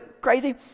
crazy